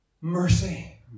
mercy